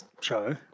show